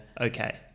okay